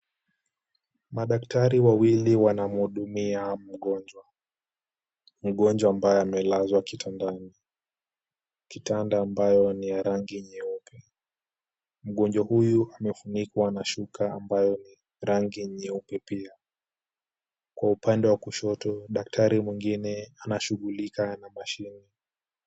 Madaktari wawili wanamhudumia mgonjwa. Mgonjwa ambaye amelazwa kitandani, kitanda ambayo ni ya rangi nyeupe .Mgonjwa huyu amefunikwa na shuka ambayo ni rangi nyeupe pia. Kwa upande wa kushoto, daktari mwingine anashughulika na mashini.